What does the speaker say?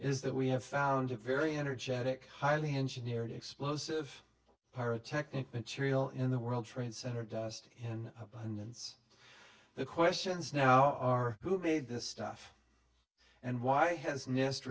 is that we have found a very energetic highly engineered explosive pyrotechnic material in the world trade center dust in abundance the questions now are who made this stuff and why has nis